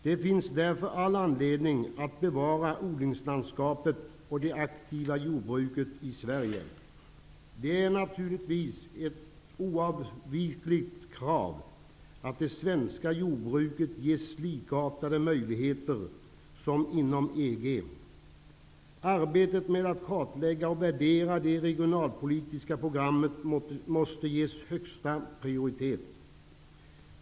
Det finns därför all anledning att bevara odlingslandskapet och det aktiva jordbruket i Sverige. Det är naturligtvis ett oavvisligt krav att det svenska jordbruket skall ges likartade möjligheter som jordbruken inom EG. Arbetet med att kartlägga och värdera de regionalpolitiska programmen måste ges högsta prioritet.